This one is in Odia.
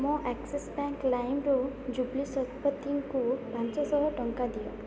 ମୋ ଆକ୍ସିସ୍ ବ୍ୟାଙ୍କ୍ ଲାଇମ୍ରୁ ଜୁବ୍ଲି ଶତପଥୀଙ୍କୁ ପାଞ୍ଚଶହ ଟଙ୍କା ଦିଅ